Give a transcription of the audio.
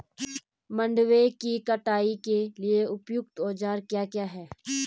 मंडवे की कटाई के लिए उपयुक्त औज़ार क्या क्या हैं?